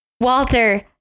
Walter